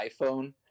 iPhone